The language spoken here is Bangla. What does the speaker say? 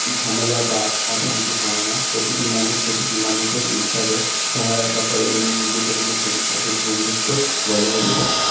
ঝামেলা বা অশান্তি হয় না প্রতিটি মানুষ প্রতিটি মানুষের উৎসবে সহায়তা করেন এবং নিজেদের মধ্যে অটুট বন্ধুত্ব বজায় রেখেছে